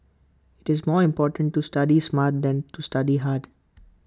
IT is more important to study smart than to study hard